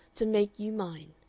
to make you mine,